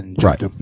Right